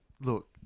look